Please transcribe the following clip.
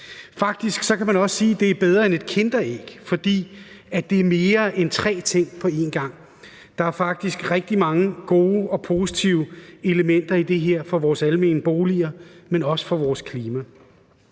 Faktisk kan man også sige, at det er bedre end et kinderæg, for det er mere end tre ting på en gang. Der er faktisk rigtig mange gode og positive elementer i det her for vores almene boliger, men også for vores klima.